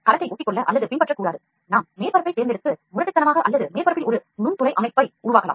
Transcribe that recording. செல்லில் ஒட்டிக்கொண்டு அங்கு வளரும்வண்ணம் நாம் மேற்பரப்பைத் தேர்ந்தெடுத்து முரட்டுத்தனமாக அல்லது மேற்பரப்பில் நுண்துளை அமைப்பை உருவாக்கலாம்